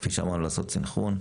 כפי שאמרנו לעשות סנכרון.